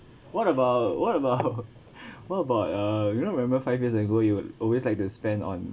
what about what about what about uh you know remember five years ago you always like to spend on